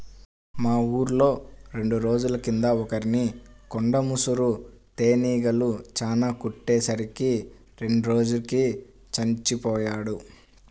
మా ఊర్లో రెండు రోజుల కింద ఒకర్ని కొండ ముసురు తేనీగలు చానా కుట్టే సరికి రెండో రోజుకి చచ్చిపొయ్యాడు